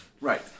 Right